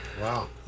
Wow